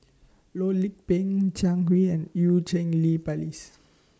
Loh Lik Peng Jiang Hui and EU Cheng Li Phyllis